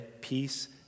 peace